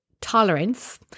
tolerance